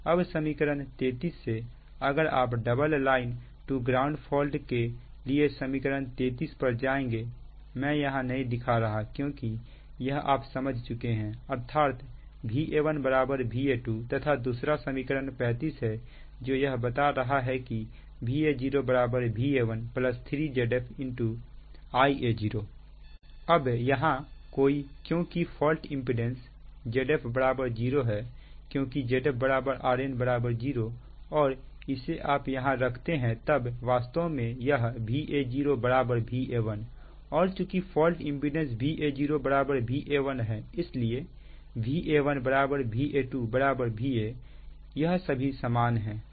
अब समीकरण 33 से अगर आप double line to ground fault के लिए समीकरण 33 पर जाएंगे मैं यहां नहीं दिखा रहा क्योंकि यह आप समझ चुके हैं अर्थात Va1 Va2 तथा दूसरा समीकरण 35 है जो यह बता रहा है कि Va0 Va1 3Zf Ia0 अब यहां क्योंकि फॉल्ट इंपीडेंस Zf 0 है क्योंकि Zf Rn 0 और इसे आप यहां रखते हैं तब वास्तव में यह Va0 Va1 और चुकी फॉल्ट इंपीडेंस Va0 Va1 है इसलिए Va1 Va2 Va यह सभी समान है